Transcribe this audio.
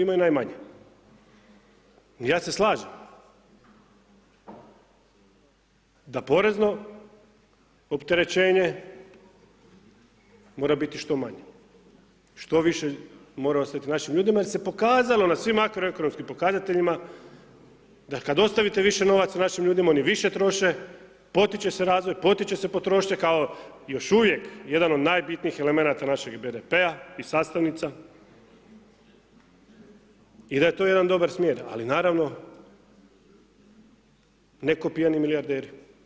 I ja se slažem, da porezno opterećenje, mora biti što manje, što više mora ostati našim ljudima, jer se pokazalo na svim makroekonomskim pokazateljima, da kada ostavite više novaca našim ljudima, oni više troše, potiče se razvoj, potiče se potrošnja, kao još uvijek jedan od najbitnijih elemenata naših BDP-a i sastavnica, i da je to jedan dobar smjer, ali naravno, ne k'o pijani milijarderi.